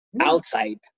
outside